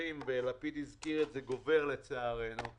הניצולים לצערנו גובר,